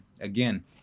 Again